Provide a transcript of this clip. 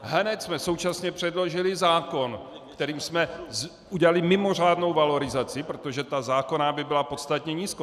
Hned jsme současně předložili zákon, kterým jsme udělali mimořádnou valorizaci, protože ta zákonná by byla podstatně nízko.